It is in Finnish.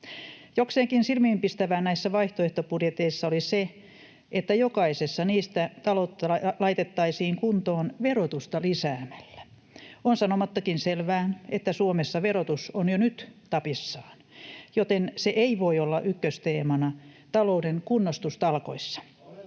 Jokseenkin silmiinpistävää näissä vaihtoehtobudjeteissa oli se, että jokaisessa niistä taloutta laitettaisiin kuntoon verotusta lisäämällä. On sanomattakin selvää, että Suomessa verotus on jo nyt tapissaan, joten se ei voi olla ykkösteemana talouden kunnostustalkoissa.